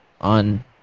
on